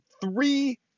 three